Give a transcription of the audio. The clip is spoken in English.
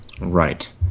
Right